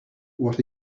what